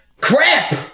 Crap